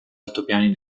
altopiani